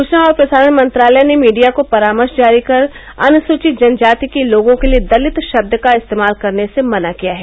सूचना और प्रसारण मंत्रालय ने मीडिया को परामर्श जारी कर अनुसूचित जन जाति के लोगों के लिए दलित शब्द का इस्तेमाल करने से मना किया है